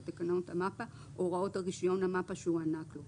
לתקנות המפ"א או הוראות רישיון המפ"א שהוענק לו.